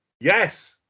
Yes